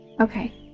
okay